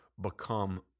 become